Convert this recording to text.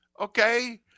okay